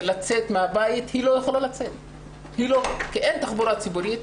אז היא לא יכולה לצאת כי אין תחבורה ציבורית,